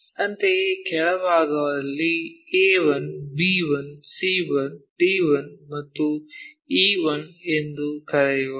ಅಂತೆಯೇ ಕೆಳಭಾಗದಲ್ಲಿ A 1 B 1 C 1 D 1 ಮತ್ತು E 1 ಎಂದು ಕರೆಯೋಣ